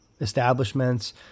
establishments